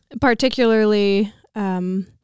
Particularly –